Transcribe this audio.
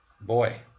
Boy